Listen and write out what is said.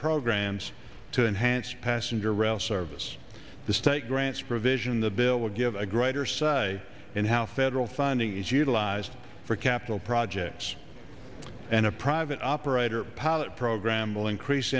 programs to enhance passenger rail service the state grants provision in the bill would give a greater say in how federal funding is utilized for capital projects and a private operator pilot program will increase